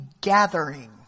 gathering